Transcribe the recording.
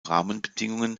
rahmenbedingungen